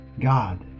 God